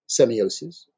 semiosis